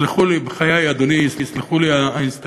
יסלחו לי, בחיי, אדוני, יסלחו לי האינסטלטורים,